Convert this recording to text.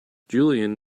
julian